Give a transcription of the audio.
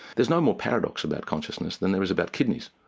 there's no more paradox about consciousness than there is about kidneys.